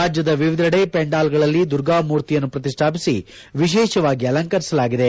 ರಾಜ್ಜದ ವಿವಿಧೆಡೆ ಪೆಂಡಾಲ್ ಗಳಲ್ಲಿ ದುರ್ಗಾ ಮೂರ್ತಿಯನ್ನು ಪ್ರತಿಷ್ಟಾಪಿಸಿ ವಿಶೇಷವಾಗಿ ಅಲಂಕರಿಸಲಾಗಿದೆ